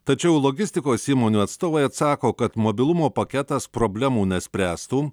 tačiau logistikos įmonių atstovai atsako kad mobilumo paketas problemų nespręstų